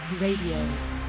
Radio